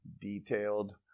detailed